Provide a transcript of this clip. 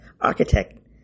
Architect